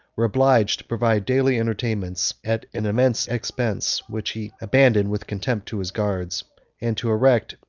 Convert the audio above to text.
were obliged to provide daily entertainments at an immense expense, which he abandoned with contempt to his guards and to erect,